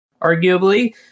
arguably